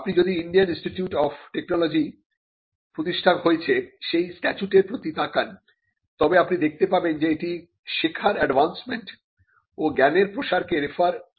আপনি যদি Indian Institute of Technology প্রতিষ্ঠা করেছে সেই স্ট্যাচুটের প্রতি তাকান তবে আপনি দেখতে পাবেন যে এটি শেখার এডভান্সমেন্ট ও জ্ঞানের প্রসারকে রেফার করে